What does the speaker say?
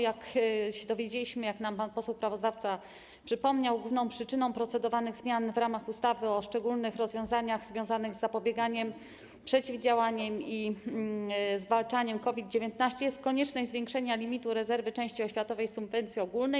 Jak się dowiedzieliśmy, jak nam pan poseł sprawozdawca przypomniał, główną przyczyną procedowanych zmian w ustawie o szczególnych rozwiązaniach związanych z zapobieganiem, przeciwdziałaniem i zwalczaniem COVID-19 jest konieczność zwiększenia limitu rezerwy części oświatowej subwencji ogólnej.